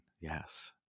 Yes